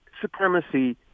supremacy